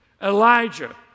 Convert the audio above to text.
Elijah